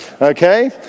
Okay